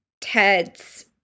Ted's